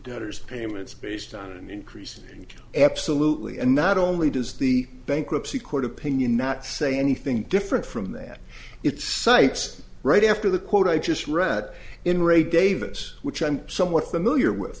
debtors payments based on an increase absolutely and not only does the bankruptcy court opinion not say anything different from that it's cites right after the quote i just read in ray davis which i'm somewhat familiar with